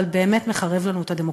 אבל באמת באמת מחרב לנו את הדמוקרטיה.